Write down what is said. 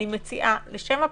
אני מציעה, לשם הפשטות,